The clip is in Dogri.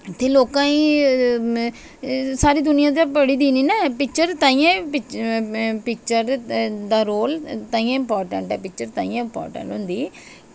ते लोकां ई ते सारी दूनियां ते पढ़ी दी ते नना ऐ पिक्चर ते ताहियें ते पिक्चर दा रोल ताहियें इम्पार्टेंट ऐ पिक्चर ताहीं ताहियें इम्पार्टेंट होंदी